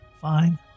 Fine